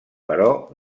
però